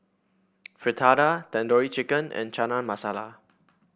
Fritada Tandoori Chicken and Chana Masala